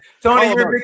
Tony